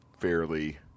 fairly